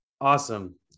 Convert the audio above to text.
Awesome